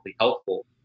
helpful